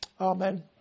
Amen